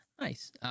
nice